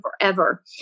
forever